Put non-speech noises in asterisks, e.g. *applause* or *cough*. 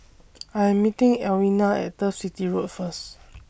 *noise* I Am meeting Alwina At Turf City Road First *noise*